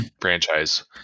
franchise